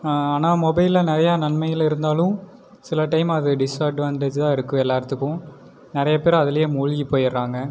ஆனால் மொபைலில் நிறையா நன்மைகள் இருந்தாலும் சில டைம் அது டிஸ்அட்வான்டேஜாக இருக்கு எல்லார்த்துக்கும் நிறைய பேர் அதுலையே மூழ்கி போயிடுறாங்க